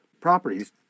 properties